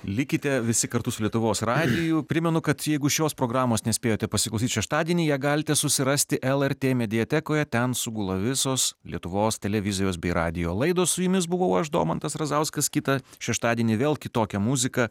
likite visi kartu su lietuvos radiju primenu kad jeigu šios programos nespėjote pasiklausyt šeštadienį ją galite susirasti lrt mediatekoje ten sugula visos lietuvos televizijos bei radijo laidos su jumis buvau aš domantas razauskas kitą šeštadienį vėl kitokia muzika